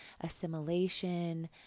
assimilation